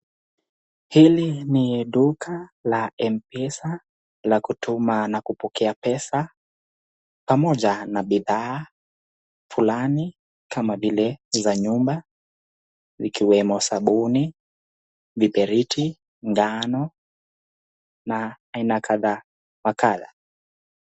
Hili ni duka la Mpesa, la kutuma na kupokea pesa pamoja na bidhaa fulani kama vile za nyumba ikiwemo sabuni, viberiti, ngano na aina kadha wa kadha.